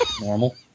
Normal